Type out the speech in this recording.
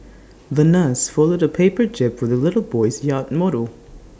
the nurse folded A paper jib for the little boy's yacht model